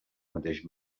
mateix